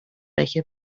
bäche